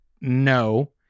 no